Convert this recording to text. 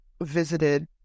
visited